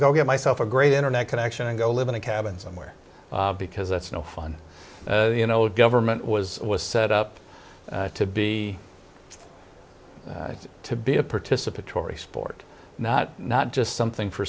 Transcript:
go get myself a great internet connection and go live in a cabin somewhere because that's no fun you know government was was set up to be to be a participatory sport not not just something for